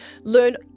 learn